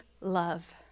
love